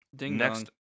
Next